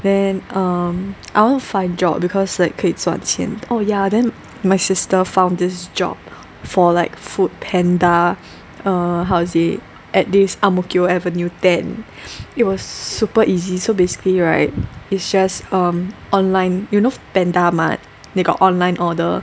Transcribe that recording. then um I want to find job because like 可以赚钱 oh ya then my sister found this job for like Foodpanda err how to say at this Ang Mo Kio avenue ten it was super easy so basically right it's just um online you know Panda Mart they got online order